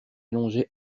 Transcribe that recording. allongé